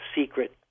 secret